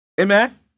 Amen